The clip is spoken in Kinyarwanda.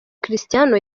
cristiano